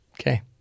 Okay